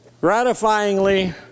gratifyingly